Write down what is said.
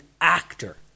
actor